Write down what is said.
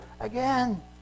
again